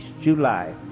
July